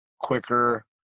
quicker